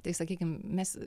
tai sakykim mes